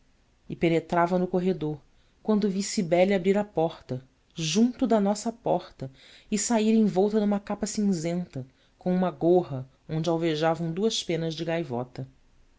e penetrava no corredor quando vi cibele abrir a porta junto da nossa porta e sair envolta numa capa cinzenta com uma gorra onde alvejavam duas penas de gaivota